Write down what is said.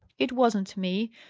it wasn't me!